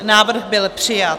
Návrh byl přijat.